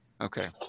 Okay